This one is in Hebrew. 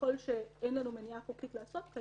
ככל שאין לנו מניעה חוקית לעשות כן